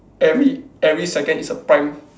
every every second is a prime